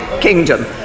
Kingdom